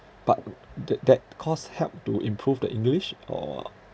but the that course help to improve the english or